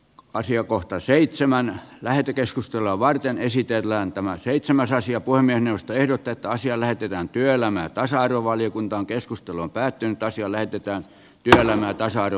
asiakohta seitsemän lähetekeskustelua varten esitellään tämän seitsemän saisi apua minusta edut että asia lähetetään työelämän tasa arvovaliokuntaan keskustelun päätyyn taisi olla mitään kyselemättä saada